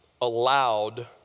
allowed